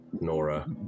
Nora